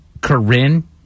Corinne